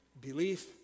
belief